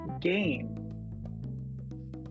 game